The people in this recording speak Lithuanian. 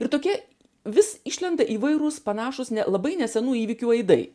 ir tokie vis išlenda įvairūs panašūs ne labai nesenų įvykių aidai